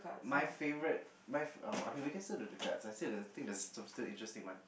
my favorite my oh I've been waiting I say the cards I say the substance interesting one